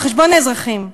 האזרחים.